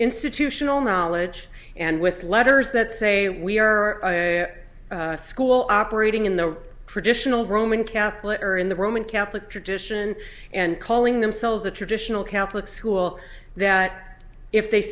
institutional knowledge and with letters that say we are a school operating in the traditional roman catholic church in the roman catholic tradition and calling themselves a traditional catholic school that if they